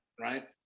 right